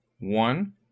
one